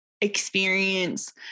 experience